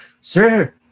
Sir